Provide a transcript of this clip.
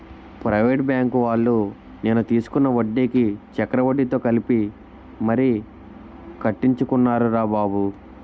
private బాంకువాళ్ళు నేను తీసుకున్న వడ్డీకి చక్రవడ్డీతో కలిపి మరీ కట్టించుకున్నారురా బాబు